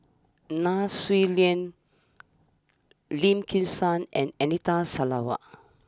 Nai Swee Leng Lim Kim San and Anita Sarawak